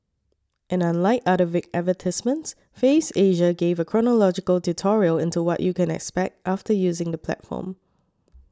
and unlike other vague advertisements Faves Asia gave a chronological tutorial into what you can expect after using the platform